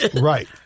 Right